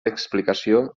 explicació